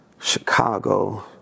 Chicago